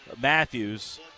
Matthews